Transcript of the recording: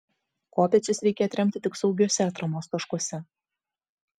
kopėčias reikia atremti tik saugiuose atramos taškuose